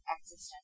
existential